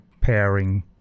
pairing